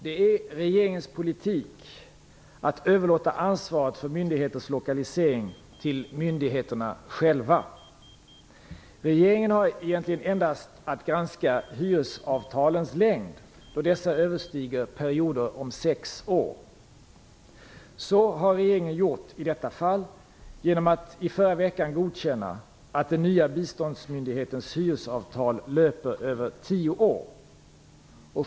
Det är regeringens politik att överlåta ansvaret för myndigheters lokalisering till myndigheterna själva. Regeringen har endast att granska hyresavtalens längd då dessa överstiger perioder om sex år. Så har regeringen gjort i detta fall genom att förra veckan godkänna att den nya biståndsmyndighetens hyresavtal löper över tio år.